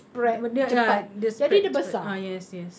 macam dia spread spread ah yes yes